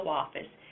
office